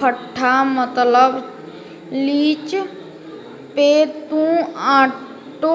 पट्टा मतबल लीज पे तू आटो